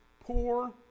poor